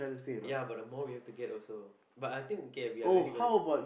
ya but the more we have to get also but I think K we are really gonna get